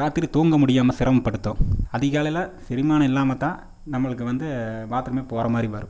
ராத்திரி தூங்க முடியாமல் சிரமப்படுத்தும் அதிகாலையில் செரிமானம் இல்லாமத்தான் நம்மளுக்கு வந்து பாத்ரூமே போகிற மாதிரி வரும்